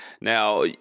Now